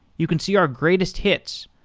you can see our greatest hits,